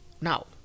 now